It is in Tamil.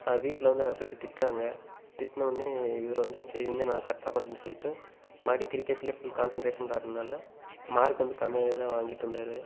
அவர் வீட்டில் வந்து அதை பற்றி திட்டுறாங்க திட்டுனோன்னே இவர் வந்து சரி இனிமேல் நான் கரெக்டாக பண்ணுறேன்னு சொல்லிவிட்டு மறுபடியும் கிரிக்கெட்லையே ஃபுல் கான்செண்ட்ரேஷன் காட்டுனால மார்க் வந்து கம்மியாகவேதான் வாங்கிட்டு இருந்தார்